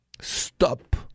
Stop